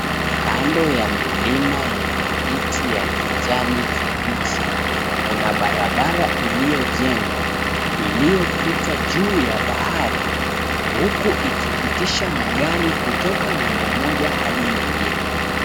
Kando ya milima yenye miti ya kijani kibichi, kuna barabara iliyojengwa iliyopita juu ya bahari huku ikipitisha magari kutoka ng'ambo moja hadi nyingine.